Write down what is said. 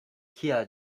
kia